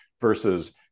versus